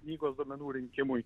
lygos duomenų rinkimui